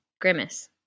Grimace